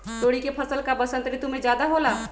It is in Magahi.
तोरी के फसल का बसंत ऋतु में ज्यादा होला?